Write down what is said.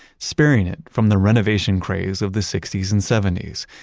sparing it from the renovation craze of the sixty s and seventy s.